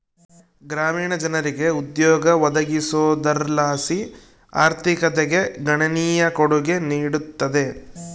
ಗ್ರಾಮೀಣ ಜನರಿಗೆ ಉದ್ಯೋಗ ಒದಗಿಸೋದರ್ಲಾಸಿ ಆರ್ಥಿಕತೆಗೆ ಗಣನೀಯ ಕೊಡುಗೆ ನೀಡುತ್ತದೆ